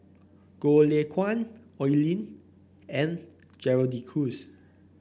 Goh Lay Kuan Oi Lin and Gerald De Cruz